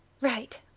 Right